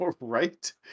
Right